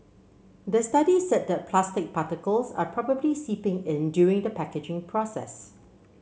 the study said that plastic particles are probably seeping in during the packaging process